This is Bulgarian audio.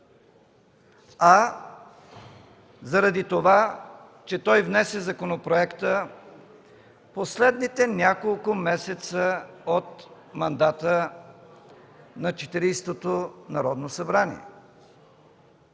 а заради това, че той внесе законопроекта в последните няколко месеца от мандата на Четиридесетото Народно събрание.